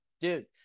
dude